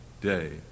day